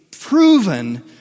proven